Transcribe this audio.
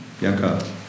Bianca